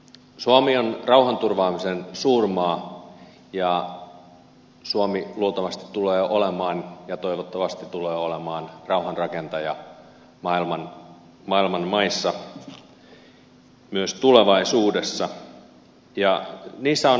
suomi on rauhanturvaamisen suurmaa ja suomi luultavasti tulee olemaan ja toivottavasti tulee olemaan rauhanrakentaja maailman maissa myös tulevaisuudessa ja niissä on aina riskinsä